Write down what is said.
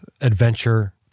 adventure